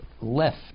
left